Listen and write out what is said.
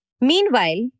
Meanwhile